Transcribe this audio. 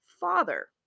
father